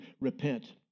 repent